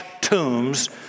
tombs